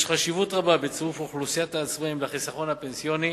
יש חשיבות רבה לצירוף אוכלוסיית העצמאים לחיסכון הפנסיוני